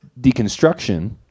deconstruction